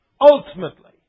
ultimately